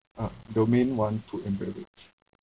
ah domain one food and beverage